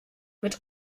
mit